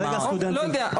הרגע סטודנטים --- לא יודע,